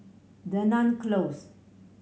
Dunearn Close